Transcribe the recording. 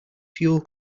fuel